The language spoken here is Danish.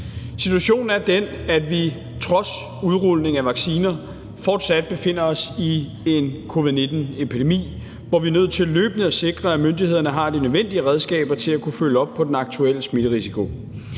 Situationen er den, at vi trods udrulning af vacciner fortsat befinder os i en covid-19-epidemi, hvor vi er nødt til løbende at sikre, at myndighederne har de nødvendige redskaber til at kunne følge op på den aktuelle smitterisiko.